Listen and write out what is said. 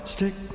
Stick